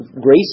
grace